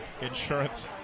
Insurance